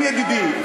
ילין ידידי,